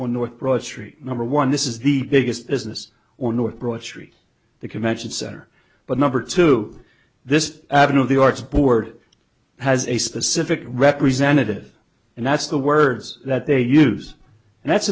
when north broad street number one this is the biggest business or north broad street the convention center but number two this avenue of the arts board has a specific representative and that's the words that they use and that's